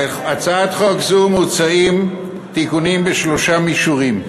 בהצעת חוק זו מוצעים תיקונים בשלושה מישורים: